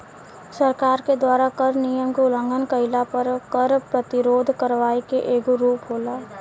सरकार के द्वारा कर नियम के उलंघन कईला पर कर प्रतिरोध करवाई के एगो रूप होला